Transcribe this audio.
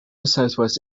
southwest